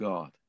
God